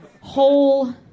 whole